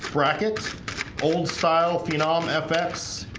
brackets old-style phenom, fx